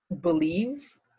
believe